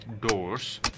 Doors